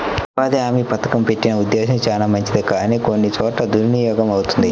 ఉపాధి హామీ పథకం పెట్టిన ఉద్దేశం చానా మంచిదే కానీ కొన్ని చోట్ల దుర్వినియోగమవుతుంది